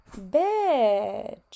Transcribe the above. Bitch